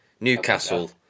Newcastle